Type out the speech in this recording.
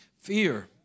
Fear